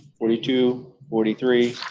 forty two, forty three,